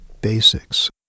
basics